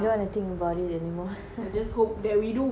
I don't want to think about it anymore